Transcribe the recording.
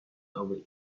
over